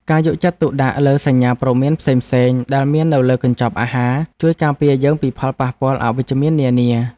ការយកចិត្តទុកដាក់លើសញ្ញាព្រមានផ្សេងៗដែលមាននៅលើកញ្ចប់អាហារ ជួយការពារយើងពីផលប៉ះពាល់អវិជ្ជមាននានា។